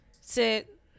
sit